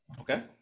Okay